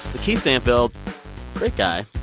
lakeith stanfield great guy.